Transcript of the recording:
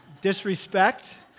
disrespect